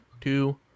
two